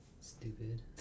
Stupid